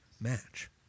match